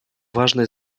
важное